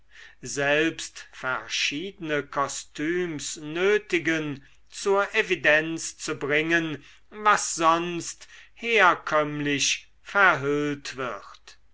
selbst verschiedene kostüms nötigen zur evidenz zu bringen was sonst herkömmlich verhüllt wird